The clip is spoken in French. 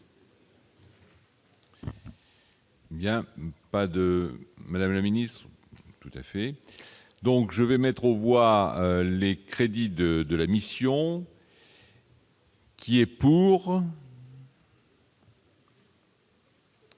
y a pas de Madame la ministre, tout à fait, donc je vais mettre aux voix, les crédits de de la mission. Qui est pour.